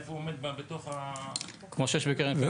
איפה הוא עומד בתוך --- כמו שיש בקרן פנסיה.